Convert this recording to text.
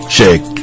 Shake